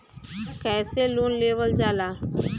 कैसे लोन लेवल जाला?